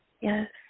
Yes